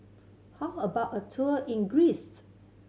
how about a tour in Greece